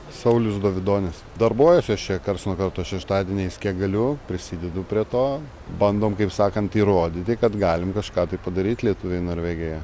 saulius dovidonis darbuojuosi aš čia karts nuo karto šeštadieniais kiek galiu prisidedu prie to bandom kaip sakant įrodyti kad galim kažką tai padaryt lietuviai norvegijoje